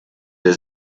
der